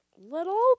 Little